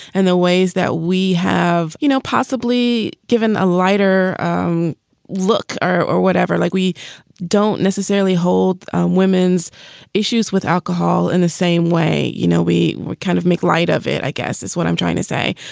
and the ways that we have, you know, possibly given a lighter um look or or whatever, like we don't necessarily hold women's issues with alcohol in the same way, you know, we we kind of make light of it, i guess, is what i'm trying to say.